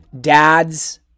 Dads